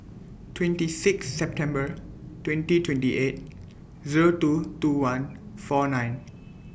twenty six September twenty twenty eight Zero two two one four nine